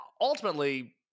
ultimately